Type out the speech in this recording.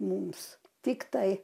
mums tiktai